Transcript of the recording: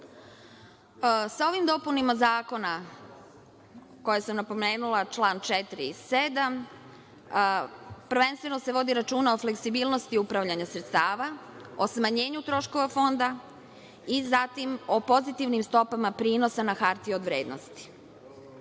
ovim dopunama zakona koje sam napomenula, čl. 4. i 7, prvenstveno se vodi računa o fleksibilnosti upravljanja sredstava, o smanjenju troškova fonda i zatim o pozitivnim stopama prinosa na hartije od vrednosti.